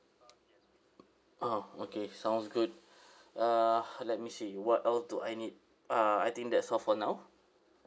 ah okay sounds good uh let me see what else do I need uh I think that's all for now